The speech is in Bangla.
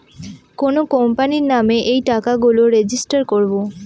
কোনো কোম্পানির নামে এই টাকা গুলো রেজিস্টার করবো